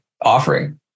offering